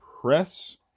Press